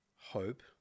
hope